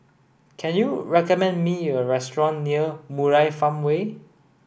can you recommend me a restaurant near Murai Farmway